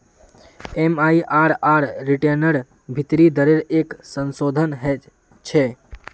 MIRR रिटर्नेर भीतरी दरेर एक संशोधन छे